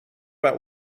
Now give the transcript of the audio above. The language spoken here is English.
about